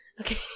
okay